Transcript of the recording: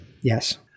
Yes